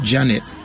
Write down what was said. Janet